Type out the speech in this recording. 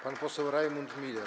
Pan poseł Rajmund Miller.